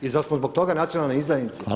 I zar smo zbog toga nacionalni izdajnici?